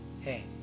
Hey